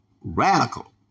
radical